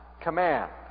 command